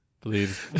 please